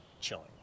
chilling